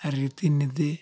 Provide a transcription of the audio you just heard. ଆହୁରି ତିନୋଟି